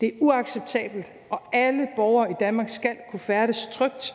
Det er uacceptabelt. Alle borgere i Danmark skal kunne færdes trygt –